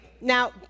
now